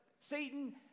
Satan